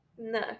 No